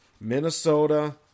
Minnesota